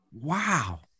Wow